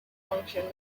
function